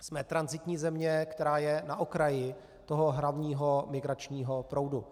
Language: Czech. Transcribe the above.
Jsme tranzitní země, která je na okraji hlavního migračního proudu.